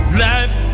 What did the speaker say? life